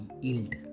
yield